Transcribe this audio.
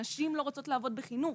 נשים לא רוצות לעבוד בחינוך,